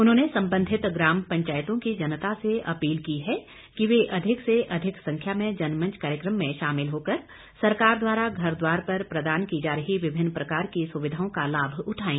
उन्होंने संबंधित ग्राम पंचायतों की जनता से अपील की है कि वे अधिक से अधिक संख्या में जनमंच कार्यक्रम में शामिल होकर सरकार द्वारा घर द्वार पर प्रदान की जा रही विभिन्न प्रकार की सुविधाओं का लाभ उठाएं